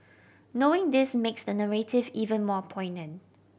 knowing this makes the narrative even more poignant